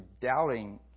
doubting